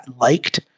liked